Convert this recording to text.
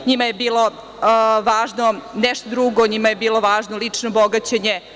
NJima je bilo važno nešto drugo, njima je bilo važno lično bogaćenje.